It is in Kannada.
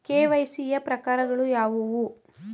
ಕೆ.ವೈ.ಸಿ ಯ ಪ್ರಕಾರಗಳು ಯಾವುವು?